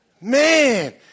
Man